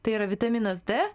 tai yra vitaminas d